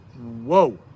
Whoa